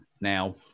Now